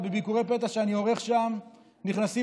ובביקורי פתע שאני עורך שם נכנסות